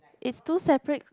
is two separate